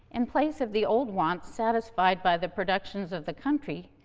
in place of the old wants satisfied by the productions of the country,